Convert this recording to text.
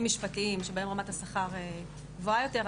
משפטיים שבהם רמת השכר גבוהה יותר,